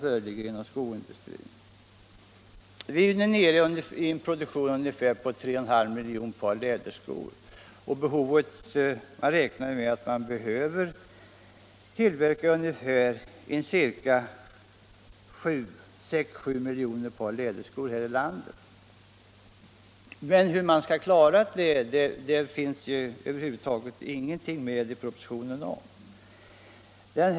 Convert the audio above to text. Vi är nu nere i en produktion av 3,5 miljoner par läderskor, medan man räknar med att behöva tillverka 6-7 miljoner par läderskor här i landet. Men det finns ingenting i propositionen om hur man skall klara detta.